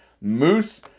moose